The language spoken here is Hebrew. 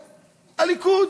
הליכוד.